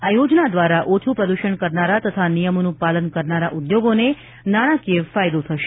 આ યોજના દ્વારા ઓછુ પ્રદૂષણ કરનારા તથા નિયમોનું પાલન કરનારા ઉદ્યોગોને નાણાકીય ફાયદો થશે